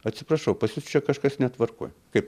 atsiprašau pas jus čia kažkas netvarkoj kaip